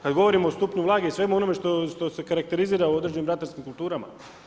Kada govorimo o stupnju vlage i svemu onome što se karakterizira o određenim ratarskim kulturama.